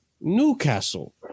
Newcastle